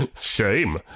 Shame